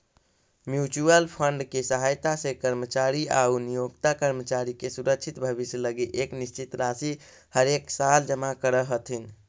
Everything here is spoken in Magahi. म्यूच्यूअल फंड के सहायता से कर्मचारी आउ नियोक्ता कर्मचारी के सुरक्षित भविष्य लगी एक निश्चित राशि हरेकसाल जमा करऽ हथिन